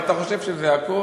אבל אתה חושב שזה הכול?